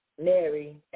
Mary